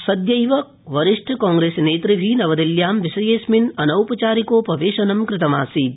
सदयैव वरिष्ठ कांग्रेसनेतृभि नवदिल्ल्यां विषयेस्मिन् अनौप चारिकोपवेशनं कृतमासीत्